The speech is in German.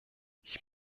ich